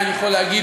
לא עוד הרבה זמן,